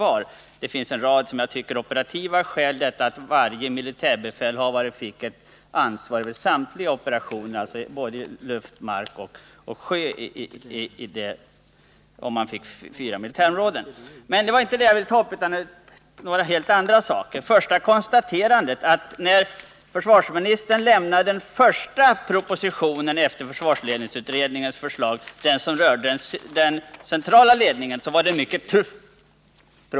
Det finns också en rad som jag tycker operativa skäl för fyra militärområden: Varje militärbefälhavare får ett ansvar över samtliga operationer, alltså i luften, på marken och till sjöss. Men det var inte detta jag ville ta upp. Jag vill först konstatera att försvarsministerns första proposition efter försvarsledningsutredningens förslag, den som rörde den centrala ledningen var mycket tuff.